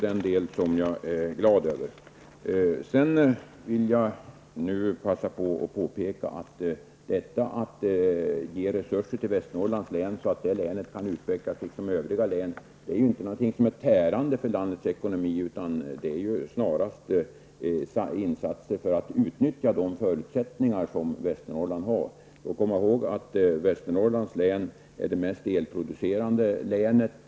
Sedan vill jag passa på att påpeka att ger man resurser till Västernorrlands län så att det länet kan utvecklas liksom övriga län, är det inte någonting som är tärande för landets ekonomi, utan det är snarast insatser för att utnyttja de förutsättningar som Västernorrland har. Vi skall komma ihåg att Västernorrlands län är det mest elproducerande länet.